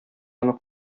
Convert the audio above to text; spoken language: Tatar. аны